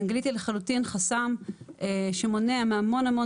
האנגלית היא לחלוטין חסם שמונע מהמון המון